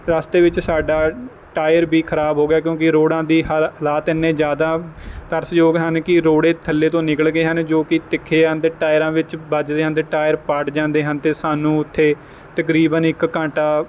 ਰਸਤੇ ਵਿੱਚ ਸਾਡਾ ਟਾਇਰ ਵੀ ਖਰਾਬ ਹੋ ਗਿਆ ਕਿਉਂਕਿ ਰੋਡਾਂ ਦੀ ਹਾਲਤ ਹਾਲਾਤ ਇੰਨੇ ਜ਼ਿਆਦਾ ਤਰਸਯੋਗ ਹਨ ਕਿ ਰੋੜੇ ਥੱਲੇ ਤੋਂ ਨਿਕਲ ਗਏ ਹਨ ਜੋ ਕਿ ਤਿੱਖੇ ਹਨ ਅਤੇ ਟਾਇਰਾਂ ਵਿੱਚ ਵੱਜਦੇ ਹਨ ਅਤੇ ਟਾਇਰ ਪਾਟ ਜਾਂਦੇ ਹਨ ਅਤੇ ਸਾਨੂੰ ਉੱਥੇ ਤਕਰੀਬਨ ਇੱਕ ਘੰਟਾ